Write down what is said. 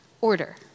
order